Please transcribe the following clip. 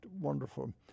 wonderful